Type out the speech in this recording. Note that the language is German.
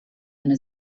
eine